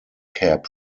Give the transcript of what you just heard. cap